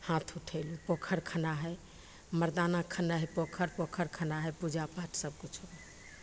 हाथ उठेलहुँ पोखरि खुनाइ हइ मरदाना खुनै हइ पोखरि पोखरि खुनाइ हइ पूजा पाठ सबकिछु होइ हइ